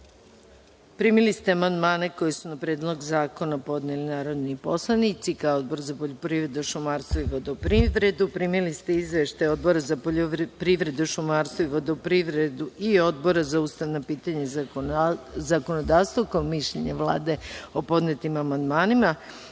ste amandmane koje su na Predlog zakona podneli narodni poslanici, kao i Odbor za poljoprivredu, šumarstvo i vodoprivredu. Primili ste izveštaje Odbora za poljoprivredu, šumarstvo i vodoprivredu i Odbora za ustavna pitanja i zakonodavstvo, kao mišljenje Vlade o podnetim amandmanima. Pošto